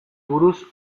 buruz